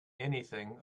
anything